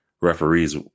referees